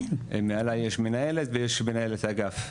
מעליי יש מנהלת, ויש מנהלת אגף.